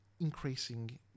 increasing